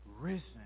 risen